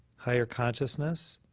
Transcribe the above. higher consciousness,